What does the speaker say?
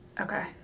Okay